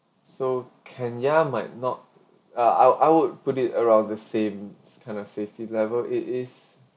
so kenya might not ah I'll I would put it around the same this kind of safety level it is